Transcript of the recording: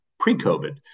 pre-COVID